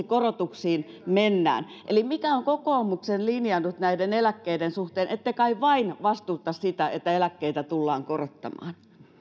korotuksiin mennään eli mikä on kokoomuksen linja nyt näiden eläkkeiden suhteen ette kai vain vastusta sitä että eläkkeitä tullaan korottamaan